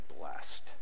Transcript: blessed